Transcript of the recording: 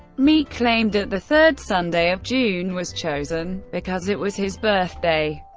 meek claimed that the third sunday of june was chosen, because it was his birthday.